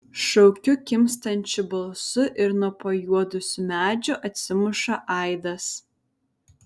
šaukiu kimstančiu balsu ir nuo pajuodusių medžių atsimuša aidas